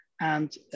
And-